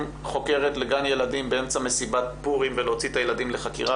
חוקרת לגן ילדים באמצע מסיבת פורים להוציא את הילדים לחקירה.